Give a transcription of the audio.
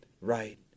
right